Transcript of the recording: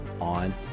on